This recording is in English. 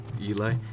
Eli